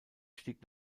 stieg